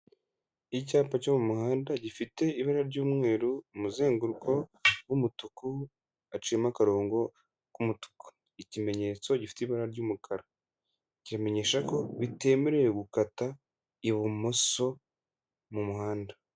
Icyapa cyo mu muhanda gifite ibara ry'umweru, umuzenguruko w'umutuku, haciyemo akarongo k'umutuku, ikimenyetso gifite ibara ry'umukara kiramenyesha ko bitemerewe gukata ibumoso mu muhanda.